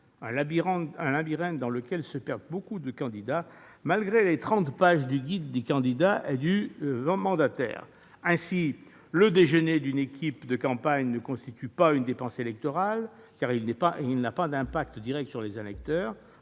un labyrinthe dans lequel se perdent beaucoup de candidats, malgré les trente pages du guide du candidat et du mandataire. Ainsi, le déjeuner d'une équipe de campagne ne constitue pas une dépense électorale, car il n'a pas d'effet direct sur les électeurs.